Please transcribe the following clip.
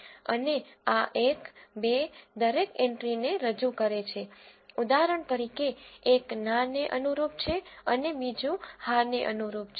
અને આ એક બે દરેક એન્ટ્રીને રજૂ કરે છે ઉદાહરણ તરીકે એક ના ને અનુરૂપ છે અને બીજું હા ને અનુરૂપ છે